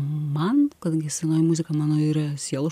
man kadangi senoji muzika mano yra sielos